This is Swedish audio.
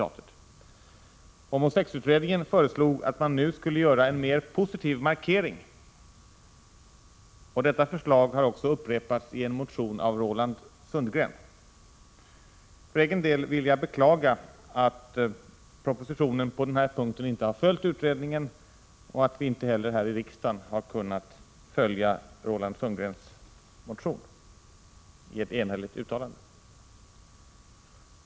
Homosexutredningen föreslog att man nu skulle göra en mer positiv markering, och detta förslag har också upprepats i en motion av Roland Sundgren. För egen del vill jag beklaga att propositionen på denna punkt inte har följt utredningen och att vi inte heller här i riksdagen har kunnat följa Roland Sundgrens motion i ett enhälligt uttalande.